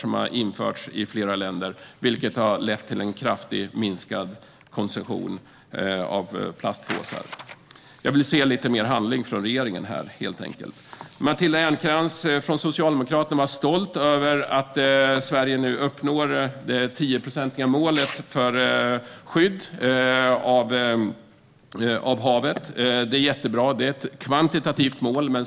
Detta har införts i flera länder, vilket har lett till en kraftigt minskad konsumtion av plastpåsar. Jag vill se lite mer handling från regeringen. Matilda Ernkrans från Socialdemokraterna var stolt över att Sverige nu uppnår det 10-procentiga målet för skydd av havet. Det är jättebra, men det är ett kvantitativt mål.